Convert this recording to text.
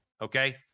okay